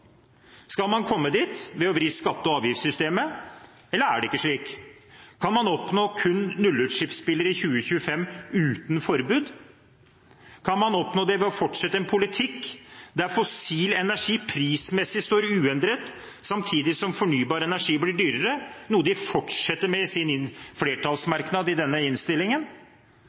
Skal man komme dit ved å vri skatte- og avgiftssystemet, eller er det ikke slik? Kan man oppnå kun nullutslippsbiler i 2025 uten forbud? Kan man oppnå det ved å fortsette en politikk der fossil energi prismessig står uendret, samtidig som fornybar energi blir dyrere, noe de fortsetter med i sin flertallsmerknad i denne innstillingen?